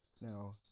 Now